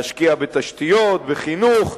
להשקיע בתשתיות, בחינוך,